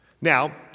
Now